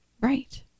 Right